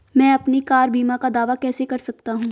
मैं अपनी कार बीमा का दावा कैसे कर सकता हूं?